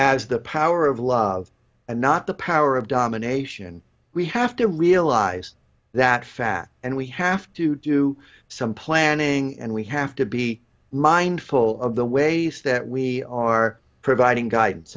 as the power of love and not the power of domination we have to realize that fact and we have to do some planning and we have to be mindful of the ways that we are providing guid